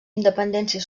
independència